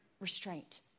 restraint